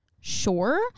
sure